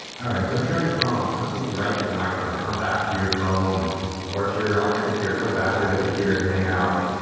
all right so if you're on your phone, i'm speaking right into the microphone. come back to your phone or if you're on your computer come back to the computer and hang out.